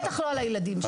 בטח לא על הילדים שלנו.